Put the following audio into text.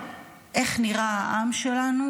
איך נראה העם שלנו,